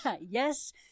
Yes